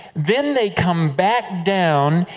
then, they come back down,